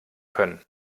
können